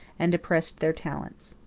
and depressed their talents.